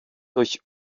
durch